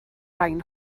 rain